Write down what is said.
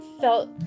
felt